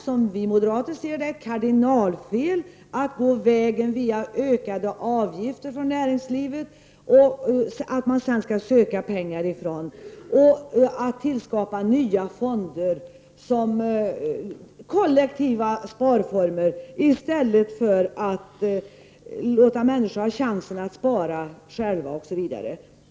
Som vi moderater ser det, är det ett kardinalfel att via ökade avgifter för näringslivet bygga upp fonder som man sedan skall kunna söka pengar ifrån, liksom att inrätta kollektiva sparformer i stället för att låta människor få chansen att spara själva, osv.